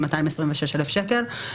של 226,000 שקלים.